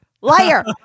Liar